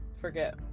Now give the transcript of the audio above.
forget